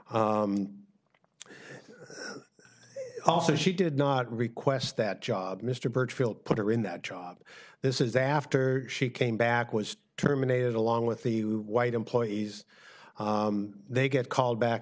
also she did not request that job mr burchfield put her in that job this is after she came back was terminated along with the white employees they get called back